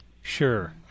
Sure